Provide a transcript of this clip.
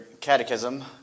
Catechism